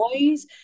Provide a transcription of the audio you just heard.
noise